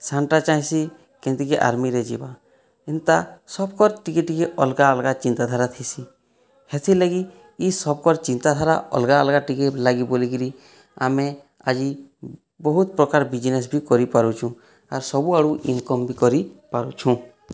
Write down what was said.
ସାନଟା ଚାହିଁସି କେନ୍ତି କି ଆର୍ମିରେ ଯିବା ଏନ୍ତା ସବକର ଟିକେ ଟିକେ ଅଲଗା ଅଲଗା ଚିନ୍ତା ଧାରା ଥିସି ହେତିର ଲାଗି ଇ ସବକର ଚିନ୍ତା ଧାରା ଅଲଗା ଅଲଗା ଟିକେ ଲାଗି ବୋଲିକିରି ଆମେ ଆଜି ବହୁତ ପ୍ରକାର ବିଜନେସ ବି କରି ପାରୁଛୁ ଆର୍ ସବୁ ଆଡ଼ୁ ଇନ୍କମ୍ ବି କରି ପାରୁଛୁଁ